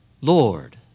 Lord